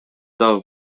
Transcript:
дагы